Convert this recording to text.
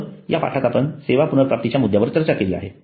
तर या पाठात आपण सेवा पुनर्प्राप्तीच्या मुद्द्यावर चर्चा केली आहे